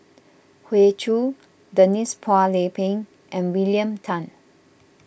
Hoey Choo Denise Phua Lay Peng and William Tan